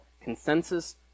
consensus